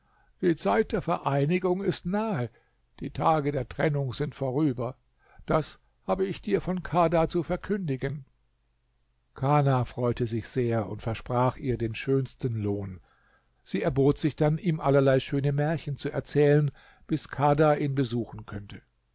die zeit der vereinigung ist nahe die tage der trennung sind vorüber das habe ich dir von kadha zu verkündigen kana freute sich sehr und versprach ihr den schönsten lohn sie erbot sich dann ihm allerlei schöne märchen zu erzählen bis kahda ihn besuchen könnte